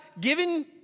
given